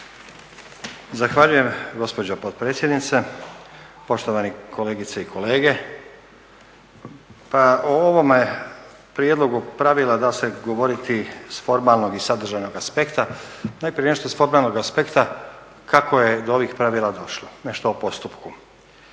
Zahvaljujem gospođo potpredsjednice. Poštovane kolegice i kolege, pa o ovome prijedlogu pravila da se govoriti s formalnog i sadržajnog aspekta. Najprije nešto s formalnog aspekta, kako je do ovih pravila došlo, nešto o postupku.